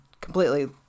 completely